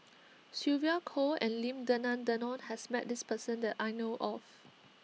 Sylvia Kho and Lim Denan Denon has met this person that I know of